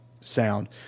sound